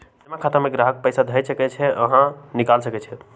जमा खता में गाहक पइसा ध सकइ छइ आऽ निकालियो सकइ छै